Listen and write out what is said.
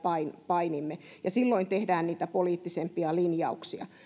painimme ja silloin tehdään niitä poliittisempia linjauksia